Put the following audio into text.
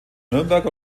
nürnberg